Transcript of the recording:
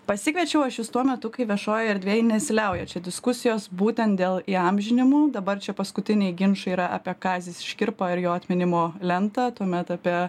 pasikviečiau aš jus tuo metu kai viešojoj erdvėj nesiliauja čia diskusijos būtent dėl įamžinimų dabar čia paskutiniai ginčai yra apie kazį škirpą ir jo atminimo lentą tuomet apie